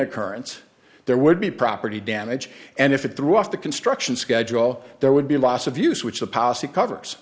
occurrence there would be property damage and if it threw off the construction schedule there would be loss of use which the policy covers